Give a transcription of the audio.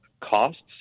costs